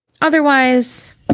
otherwise